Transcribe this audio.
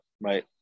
right